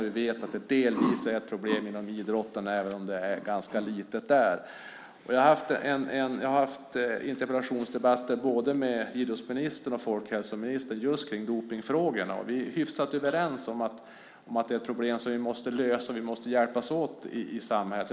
Vi vet att det delvis är ett problem inom idrotten, även om det är ganska litet där. Jag har haft interpellationsdebatter både med idrottsministern och med folkhälsoministern just om dopningsfrågorna, och vi är hyfsat överens om att det är ett problem som vi måste lösa. Vi måste hjälpas åt i samhället.